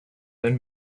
been